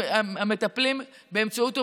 המטפלים באמצעות אומנויות,